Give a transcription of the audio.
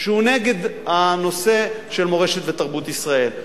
שהוא נגד הנושא של מורשת ותרבות ישראל,